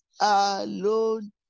alone